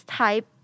type